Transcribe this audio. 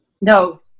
no